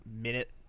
minute